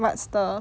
what's the